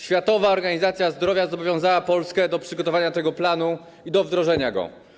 Światowa Organizacja Zdrowia zobowiązała Polskę do przygotowania takiego planu i do wdrożenia go.